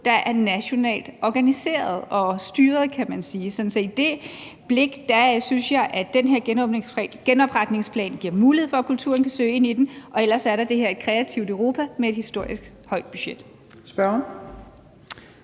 der er nationalt organiseret og styret, kan man sige. Så med det blik synes jeg at den her genopretningsplan giver mulighed for, at kulturen kan søge ind i den, og ellers er der det her program »Et Kreativt Europa« med et historisk stort budget. Kl.